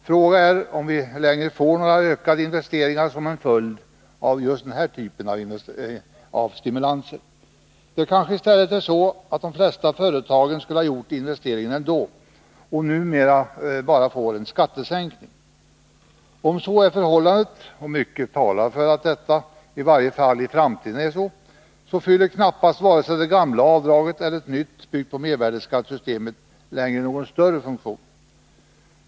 Frågan är om det blir några ökade investeringar som en följd av just den här typen av stimulanser. De flesta företagen kanske skulle ha gjort investeringen ändå och får nu alltså bara en skattesänkning. Om så är förhållandet — mycket talar för det och i varje fall för att det i framtiden blir så — fyller knappast vare sig det gamla avdraget eller ett nytt avdrag, byggt på mervärdeskattesystemet, någon större funktion längre.